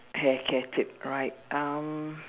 hair care tip right um